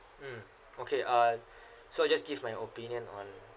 mm okay uh so I just give my opinion on